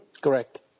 Correct